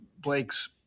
Blake's